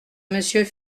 monsieur